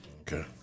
Okay